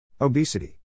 Obesity